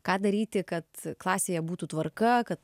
ką daryti kad klasėje būtų tvarka kad